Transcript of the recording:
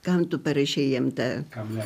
kam tu parašei jam tą kam